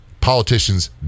politicians